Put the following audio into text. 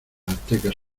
aztecas